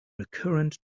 recurrent